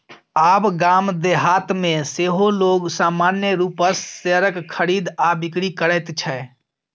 आब गाम देहातमे सेहो लोग सामान्य रूपसँ शेयरक खरीद आ बिकरी करैत छै